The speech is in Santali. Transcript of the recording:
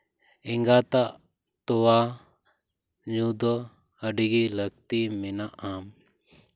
ᱮᱸᱜᱟᱛᱟᱜ ᱛᱳᱣᱟ ᱧᱩ ᱫᱚ ᱟᱹᱰᱤᱜᱮ ᱞᱟᱹᱠᱛᱤ ᱢᱮᱱᱟᱜᱼᱟ